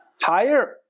higher